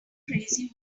crazy